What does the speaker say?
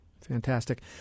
Fantastic